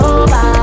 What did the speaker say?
over